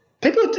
people